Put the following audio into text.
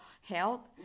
health